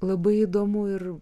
labai įdomu ir